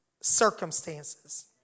circumstances